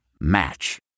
Match